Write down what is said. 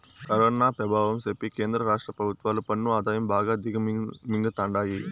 corona పెభావం సెప్పి కేంద్ర రాష్ట్ర పెభుత్వాలు పన్ను ఆదాయం బాగా దిగమింగతండాయి